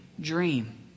dream